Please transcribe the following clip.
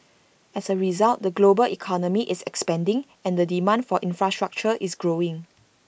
as A result the global economy is expanding and the demand for infrastructure is growing